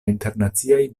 internaciaj